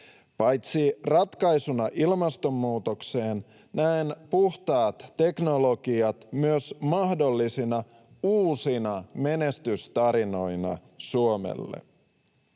Paitsi ratkaisuna ilmastonmuutokseen, näen puhtaat teknologiat myös mahdollisina uusina menestystarinoina Suomelle.